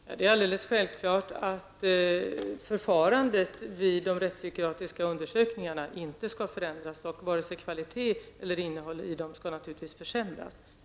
Fru talman! Det är alldeles självklart att förfarandet vid de rättspsykiatriska undersökningarna inte skall förändras. Naturligtvis skall inte vare sig kvalitet eller innehåll i dem försämras.